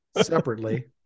separately